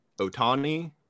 otani